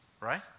right